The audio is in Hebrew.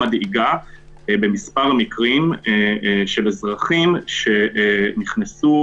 מדאיגה במס' מקרים של אזרחים שנכנסו,